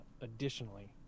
Additionally